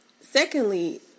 secondly